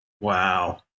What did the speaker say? Wow